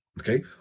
okay